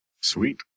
Sweet